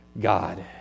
God